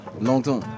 longtemps